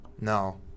No